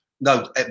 No